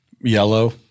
Yellow